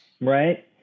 Right